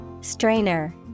Strainer